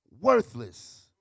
worthless